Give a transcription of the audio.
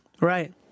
Right